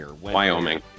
Wyoming